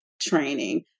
training